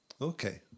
okay